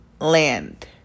land